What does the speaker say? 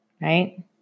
right